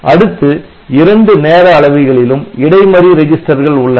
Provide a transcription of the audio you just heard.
அடுத்து இரண்டு நேர அளவிகளிலும் இடைமறி ரெஜிஸ்டர்கள் உள்ளன